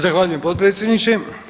Zahvaljujem potpredsjedniče.